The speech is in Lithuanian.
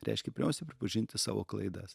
reiškia pirmiausiai pripažinti savo klaidas